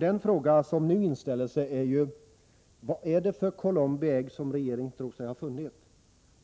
De frågor som nu inställer sig är: Vad är det för Columbi ägg som regeringen tror sig ha funnit?